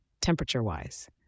temperature-wise